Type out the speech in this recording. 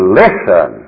listen